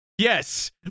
Yes